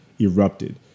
erupted